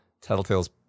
tattletale's